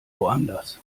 woanders